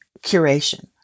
curation